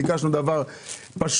ביקשנו דבר פשוט,